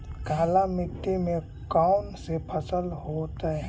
काला मिट्टी में कौन से फसल होतै?